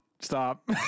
stop